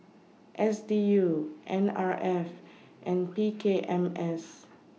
S D U N R F and P K M S